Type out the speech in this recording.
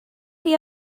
chi